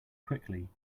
quickly